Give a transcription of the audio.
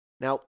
Now